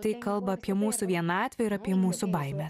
tai kalba apie mūsų vienatvę ir apie mūsų baimę